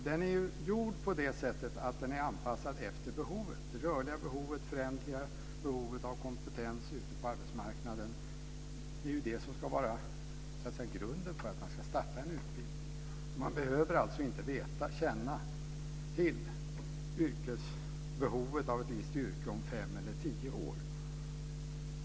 Den är formad på det sättet att den är anpassad efter det rörliga och föränderliga behovet av kompetens ute på arbetsmarknaden. Det är det som ska vara grunden för att man ska starta en utbildning. Man behöver inte känna till behovet inom ett visst yrke om tio eller fem år.